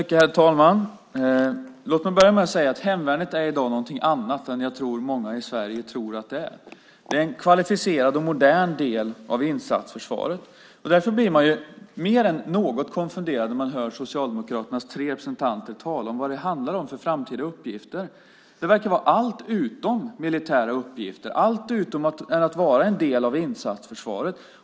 Herr talman! Låt mig börja med att säga att hemvärnet i dag är något annat än det som många i Sverige tror att det är. Det är en kvalificerad och modern del av insatsförsvaret. Därför blir man mer än lite konfunderad när man hör Socialdemokraternas tre representanter tala om vilka framtida uppgifter det handlar om. Det verkar vara allt utom militära uppgifter, allt utom att vara en del av insatsförsvaret.